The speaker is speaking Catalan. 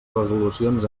resolucions